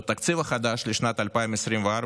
בתקציב החדש לשנת 2024,